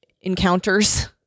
encounters